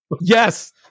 Yes